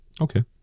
Okay